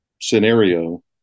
scenario